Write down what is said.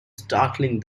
startling